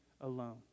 alone